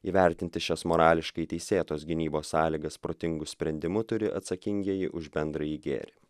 įvertinti šias morališkai teisėtos gynybos sąlygas protingu sprendimu turi atsakingieji už bendrąjį gėrį